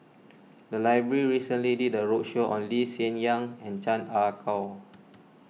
the library recently did a roadshow on Lee Hsien Yang and Chan Ah Kow